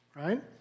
right